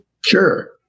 Sure